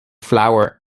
flour